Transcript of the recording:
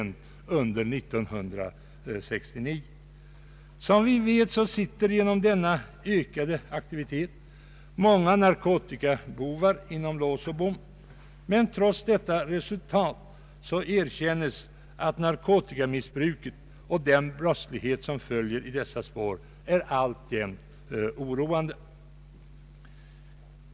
Även om narkotikabrottsligheten inte därmed bringats till sin lösning sitter genom denna ökade aktivitet många narkotikabovar inom lås och bom. Men trots detta resultat erkännes att narkotikamissbruket och den brottslighet som följer i dess spår alltjämt är oroande.